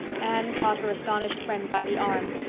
anne caught her astonished friend by the arm.